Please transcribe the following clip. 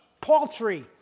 paltry